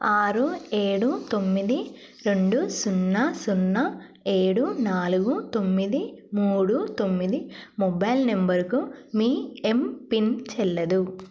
ఆరు ఏడు తొమ్మిది రెండు సున్నా సున్నా ఏడు నాలుగు తొమ్మిది మూడు తొమ్మిది మొబైల్ నంబర్కు మీ ఎమ్పిన్ చెల్లదు